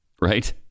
Right